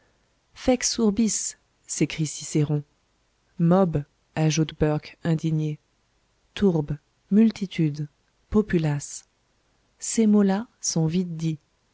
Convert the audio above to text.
fex urbis s'écrie cicéron mob ajoute burke indigné tourbe multitude populace ces mots-là sont vite dits